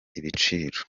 ibiciro